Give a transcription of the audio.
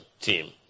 team